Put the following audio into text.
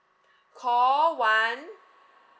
call one